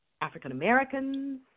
African-Americans